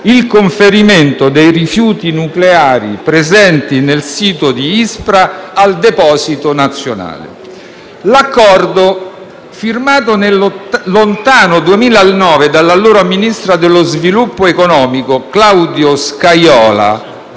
conferimento dei rifiuti nucleari presenti nel sito del CCR di Ispra al Deposito nazionale italiano». L'Accordo, firmato nel lontano 2009 dall'allora ministro dello sviluppo economico Claudio Scajola,